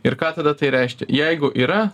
ir ką tada tai reiškia jeigu yra